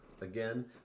again